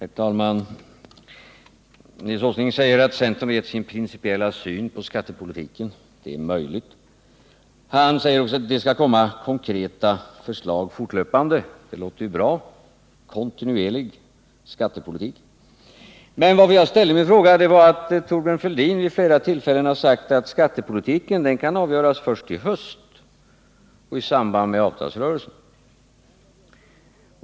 Herr talman! Nils Åsling säger att centern är på det klara med sin principiella syn när det gäller skattepolitiken. Det är möjligt. Han säger också att det skall komma konkreta förslag fortlöpande. Det låter ju bra. Det handlar alltså om en kontinuerlig skattepolitik. Men anledningen till att jag ställde min fråga var att Thorbjörn Fälldin vid flera tillfällen har sagt att skattepolitiken kan avgöras först i höst och i samband med avtalsrörelsen.